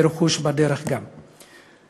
ובדרך גם רכוש.